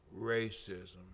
racism